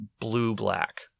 blue-black